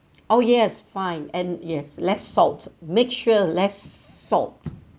oh yes fine and yes less salt make sure less salt